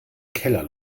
keller